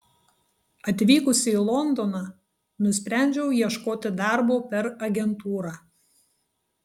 atvykusi į londoną nusprendžiau ieškoti darbo per agentūrą